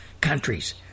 countries